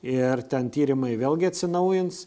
ir ten tyrimai vėlgi atsinaujins